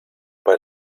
bei